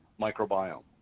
microbiome